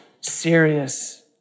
serious